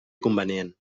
convenient